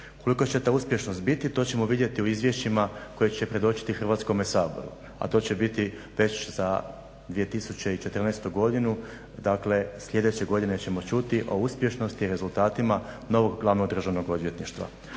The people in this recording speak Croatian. Kolika će to uspješnost biti, to ćemo vidjeti u izvješćima koje će predočiti Hrvatskome Saboru, a to će biti već za 2014. godinu dakle sljedeće godine ćemo čuti o uspješnosti, rezultatima novog glavnog državnog odvjetništva.